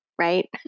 right